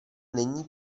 není